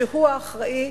שהוא האחראי,